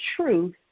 truth